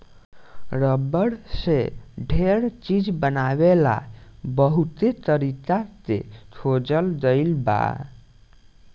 rubber से ढेर चीज बनावे ला बहुते तरीका के खोजल गईल बा